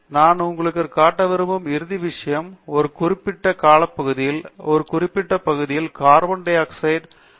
நான் உங்களுக்கு காட்ட விரும்பும் இறுதி விஷயம் ஒரு குறிப்பிட்ட காலப்பகுதியில் ஒரு குறிப்பிட்ட பகுதியில் கார்பன் டை ஆக்சைடு உமிழ்வு மற்றொரு தொடர் ஆகும்